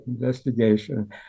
investigation